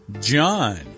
John